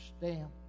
stamp